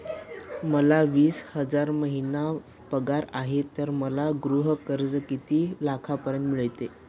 मला वीस हजार महिना पगार आहे तर मला गृह कर्ज किती लाखांपर्यंत मिळेल?